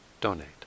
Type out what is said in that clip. donate